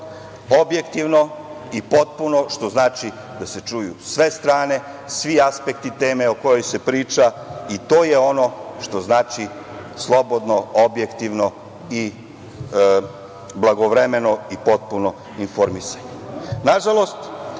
objektivno i potpuno, što znači da se čuju sve strane, svi aspekti teme o kojoj se priča i to je ono što znači slobodno, objektivno, blagovremeno i potpuno informisanje. Nažalost,